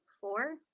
four